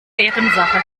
ehrensache